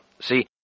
See